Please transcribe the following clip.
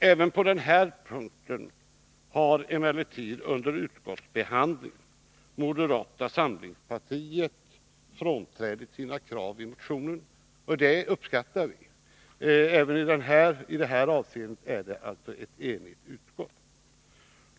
Även på den här punkten har emellertid under utskottsbehandlingen moderata samlingspartiet frånträtt sina krav i motionen, och det uppskattar vi. Även i det här avseendet är utskottet alltså enigt.